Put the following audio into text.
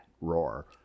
roar